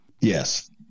Yes